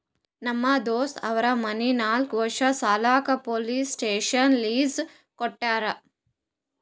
ನಮ್ ದೋಸ್ತ್ ಅವ್ರ ಮನಿ ನಾಕ್ ವರ್ಷ ಸಲ್ಯಾಕ್ ಪೊಲೀಸ್ ಸ್ಟೇಷನ್ಗ್ ಲೀಸ್ ಕೊಟ್ಟಾರ